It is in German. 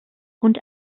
und